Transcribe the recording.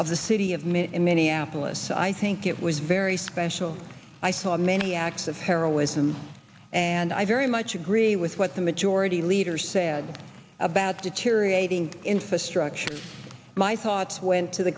of the city of mit in minneapolis i think it was very special i saw many acts of heroism and i very much agree with what the majority leader sad about deteriorating infrastructure my thoughts went to the